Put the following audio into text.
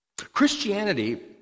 Christianity